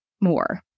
more